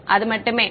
மாணவர் அது மட்டுமே